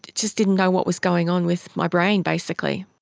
just didn't know what was going on with my brain basically.